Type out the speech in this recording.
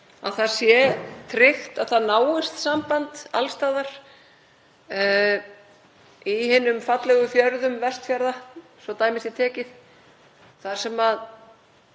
að það sé tryggt að það náist samband alls staðar í hinum fallegu fjörðum Vestfjarða, svo dæmi sé tekið, þar sem